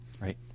right